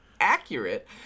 accurate